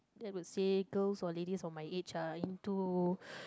they will say girls or ladies on my age are into